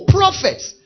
prophets